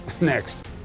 next